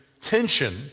tension